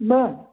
बरं